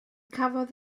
cafodd